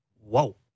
Whoa